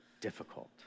difficult